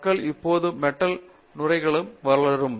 மக்கள் இப்போது மெட்டல் நுரைகள் வளரும்